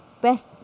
best